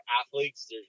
athletes